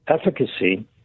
efficacy